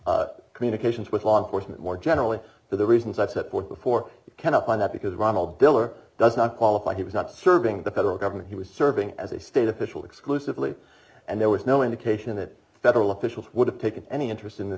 prevent communications with law enforcement more generally for the reasons i support before you can up on that because ronald diller does not qualify he was not serving the federal government he was serving as a state official exclusively and there was no indication that federal officials would have taken any interest in the